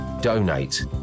donate